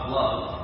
love